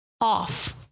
Off